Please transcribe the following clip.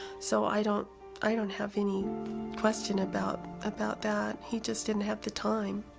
so i don't i don't have any question about about that. he just didn't have the time.